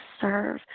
serve